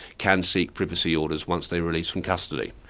can seek privacy orders once they're released from custody.